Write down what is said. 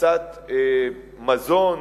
כניסת מזון,